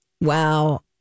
Wow